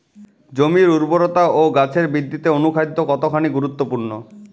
জমির উর্বরতা ও গাছের বৃদ্ধিতে অনুখাদ্য কতখানি গুরুত্বপূর্ণ?